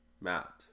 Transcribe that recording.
Matt